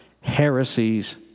heresies